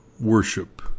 worship